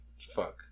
Fuck